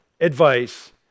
advice